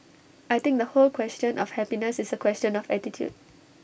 I think the whole question of happiness is A question of attitude